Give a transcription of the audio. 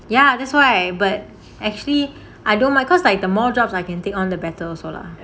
ya that's why but actually I don't mind cause like the more jobs I can take on the better also lah